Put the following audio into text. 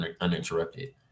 uninterrupted